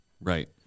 Right